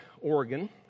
Oregon